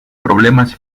problemas